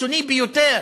הקיצוני ביותר.